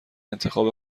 انتخاب